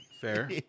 Fair